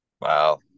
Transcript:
Wow